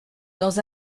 dans